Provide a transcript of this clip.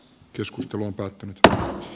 keskustelun päättymistä